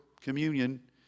communion